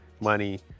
money